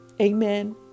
Amen